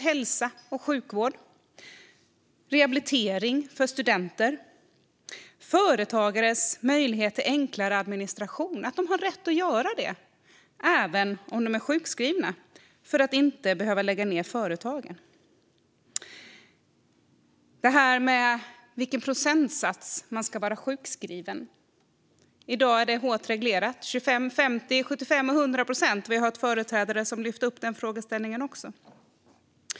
När kommer förslagen om företagares möjlighet att ha enklare administration när de är sjukskrivna för att inte behöva lägga ned företagen? Det här med vilken procentsats man ska vara sjukskriven till - 25, 50, 75 eller 100 procent - är i dag hårt reglerat. Vi har hört talare som lyft fram den frågeställningen.